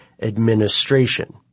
administration